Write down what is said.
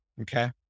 Okay